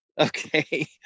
okay